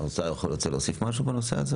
האוצר רוצה להוסיף משהו בנושא הזה?